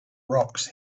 rocks